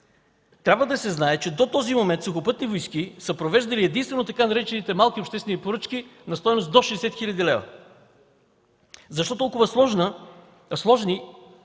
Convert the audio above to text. Трябва да се знае, че до този момент Сухопътни войски са провеждали единствено така наречените „малки обществени поръчки” на стойност до 60 хил. лв. Защо толкова сложни